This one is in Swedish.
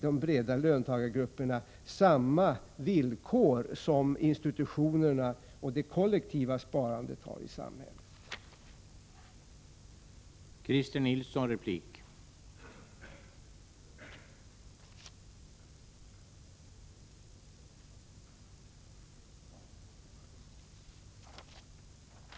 De bör få samma villkor som institutionerna och det kollektiva sparandet har i samhället.